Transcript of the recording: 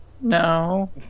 No